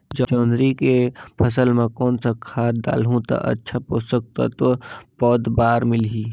जोंदरी के फसल मां कोन सा खाद डालहु ता अच्छा पोषक तत्व पौध बार मिलही?